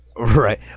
right